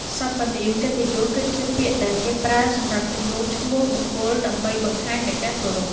សព្វនាមកិត្តិយស គឺជាពាក្យដែលគេប្រើសម្រាប់ជំនួសឈ្មោះបុគ្គល ដើម្បីបង្ហាញនូវការគោរព។